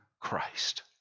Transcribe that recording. Christ